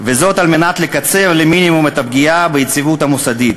וזאת על מנת לקצר למינימום את הפגיעה ביציבות המוסדית.